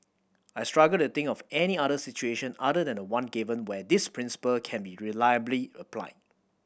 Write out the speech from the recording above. I struggle to think of any other situation other than the one given where this principle can be reliably applied